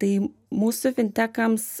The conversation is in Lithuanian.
tai mūsų fintekams